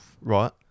Right